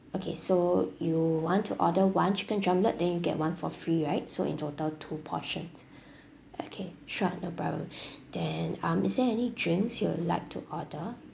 okay so you want to order one chicken drumlets then you get one for free right so in total two portions okay sure no problem then um is there any drinks you would like to order